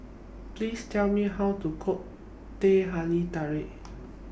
Please Tell Me How to Cook Teh Halia Tarik